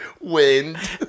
wind